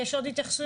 יש עוד התייחסויות?